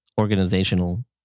organizational